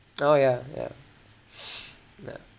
oh ya ya ya